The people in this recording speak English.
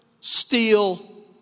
steal